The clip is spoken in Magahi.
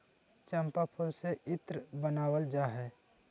चम्पा फूल से इत्र बनावल जा हइ